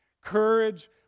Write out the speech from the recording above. courage